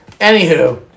anywho